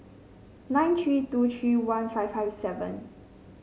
nine three two three one five five seven